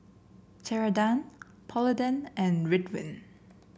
Ceradan Polident and Ridwind